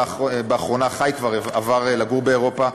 לאחרונה הוא עבר לגור באירופה.